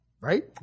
Right